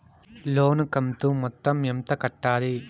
లోను కంతు మొత్తం ఎంత కట్టాలి?